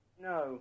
No